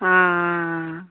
ஆ ஆ ஆ